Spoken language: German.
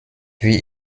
wie